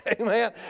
Amen